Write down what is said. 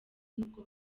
n’ubwo